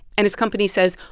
and his company says,